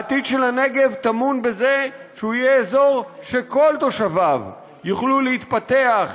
העתיד של הנגב טמון בזה שהוא יהיה אזור שכל תושביו יוכלו להתפתח,